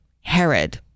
herod